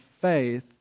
faith